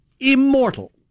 immortal